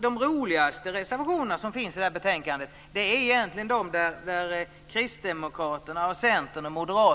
De roligaste reservationerna till detta betänkande är de där Kristdemokraterna, Moderaterna och